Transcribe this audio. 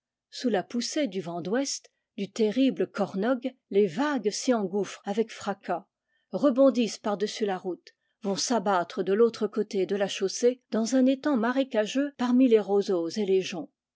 sous la poussée du vent d'ouest du terrible kornog les vagues s'y engouffrent avec fracas rebondissent par-dessus la route vont s'abattre de l'autre côté de la chaussée dans un étang marécageux parmi les roseaux et les joncs